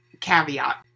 caveat